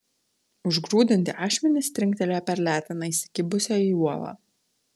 užgrūdinti ašmenys trinktelėjo per leteną įsikibusią į uolą